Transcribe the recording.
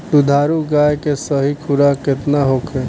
दुधारू गाय के सही खुराक केतना होखे?